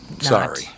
sorry